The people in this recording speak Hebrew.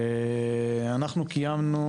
אנחנו קיימנו